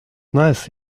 nice